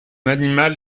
animal